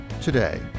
today